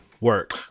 work